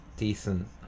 Decent